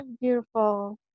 beautiful